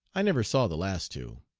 i never saw the last two.